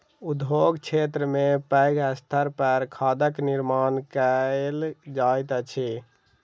उद्योग क्षेत्र में पैघ स्तर पर खादक निर्माण कयल जाइत अछि